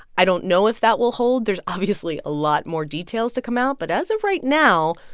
i don't know if that will hold. there's obviously a lot more details to come out. but as of right now,